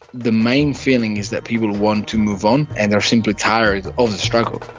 the main feeling is that people want to move on and they are simply tired of the struggle.